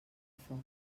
foc